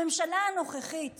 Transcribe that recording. הממשלה הנוכחית